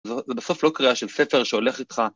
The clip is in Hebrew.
זו בסוף לא קריאה של ספר שהולך איתך.